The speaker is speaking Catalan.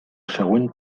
següent